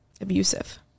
abusive